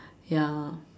ya